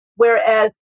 Whereas